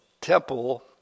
temple